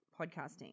podcasting